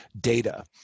data